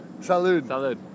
Salud